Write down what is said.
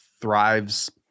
thrives